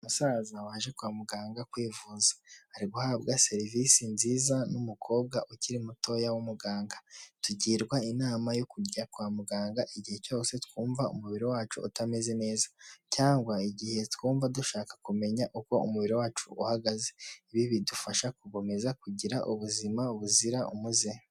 Umusaza waje kwa muganga kwivuza, ari guhabwa serivisi nziza n'umukobwa ukiri mutoya w'umuganga, tugirwa inama yo kujya kwa muganga, igihe cyose twumva umubiri wacu utameze neza cyangwa igihe twumva dushaka kumenya uko umubiri wacu uhagaze, ibi bidufasha gukomeza kugira ubuzima buzira umuze.